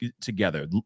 together